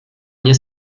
nie